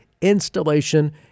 installation